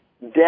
death